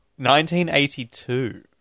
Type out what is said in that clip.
1982